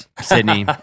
Sydney